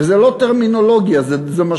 וזה לא טרמינולוגיה, זה משמעותי.